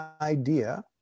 idea